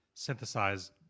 synthesize